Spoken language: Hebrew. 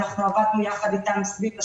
אנחנו עבדנו יחד אתם סביב השעון.